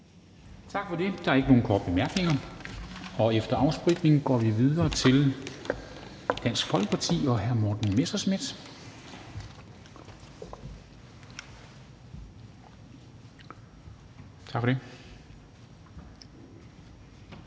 Tak for det. Der er ikke nogen korte bemærkninger. Og efter en afspritning – tak for det – går vi videre til Dansk Folkeparti og hr. Morten Messerschmidt. Kl.